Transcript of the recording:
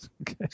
Okay